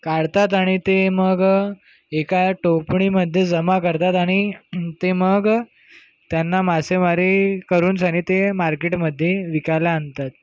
काढतात आणि ते मग एका टोपलीमध्ये जमा करतात आणि ते मग त्यांना मासेमारी करून ते मार्केटमध्ये विकायला आणतात